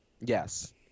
Yes